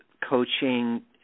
coaching